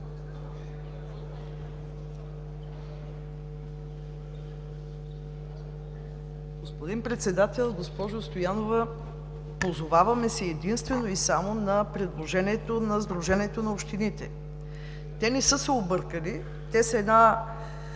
Господин Председател, госпожо Стоянова! Позоваваме се единствено и само на предложението на Националното сдружение на общините. Те не са се объркали, те са голяма